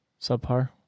Subpar